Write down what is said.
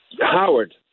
Howard